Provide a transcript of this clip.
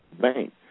Bank